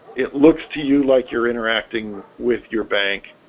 it looks to you like you're interacting with your bank,